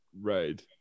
Right